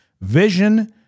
Vision